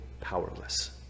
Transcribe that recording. powerless